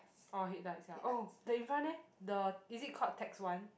oh headlights ya oh the in front leh the is it called text one